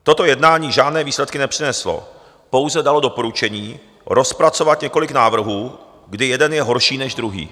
Toto jednání žádné výsledky nepřineslo, pouze dalo doporučení rozpracovat několik návrhů, kdy jeden je horší než druhý.